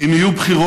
אם יהיה בחירות,